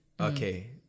Okay